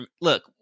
look